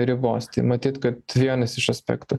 ribos tai matyt kad vienas iš aspektų